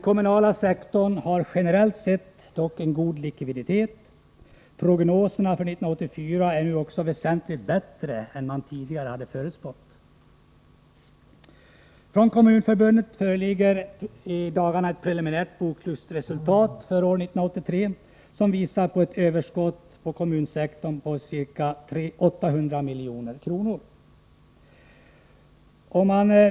Den kommunala sektorn har generellt sett dock en god likviditet. Prognoserna för 1984 är också väsentligt bättre än de varit tidigare. Från Kommunförbundet föreligger i dagarna ett preliminärt bokslutsresultat för 1983, som visar ett överskott för kommunsektorn på ca 800 milj.kr.